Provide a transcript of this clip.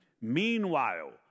Meanwhile